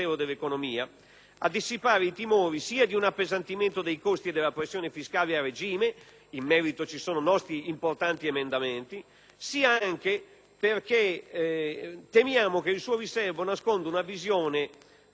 a dissipare i timori di un appesantimento dei costi della pressione fiscale a regime (in merito ci sono nostri importanti emendamenti), sia anche perché temiamo che il suo riserbo nasconda una visione da *welfare* minimo